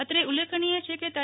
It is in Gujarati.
અત્રે ઉલ્લેખનીય છે કે તા